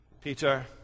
Peter